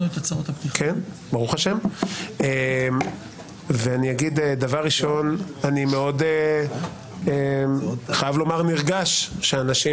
דבר ראשון, אני חייב לומר שאני מאוד נרגש שאנשים